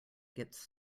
gets